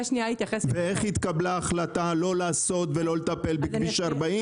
איך התקבלה החלטה לא לעשות ולא לטפל בכביש 40?